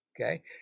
Okay